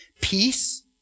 peace